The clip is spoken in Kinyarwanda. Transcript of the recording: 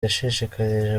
yashishikarije